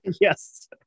yes